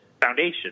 foundation